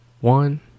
One